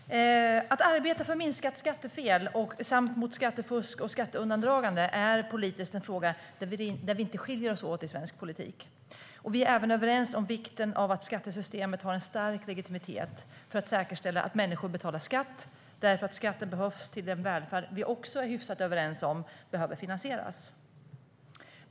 Herr talman! Att arbeta för minskat skattefel samt mot skattefusk och skatteundandragande är politiskt en fråga där vi inte skiljer oss åt i svensk politik. Vi är även överens om vikten av att skattesystemet har en stark legitimitet för att säkerställa att människor betalar skatt, därför att skatten behövs till den välfärd vi också är hyfsat överens om behöver finansieras.